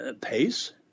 pace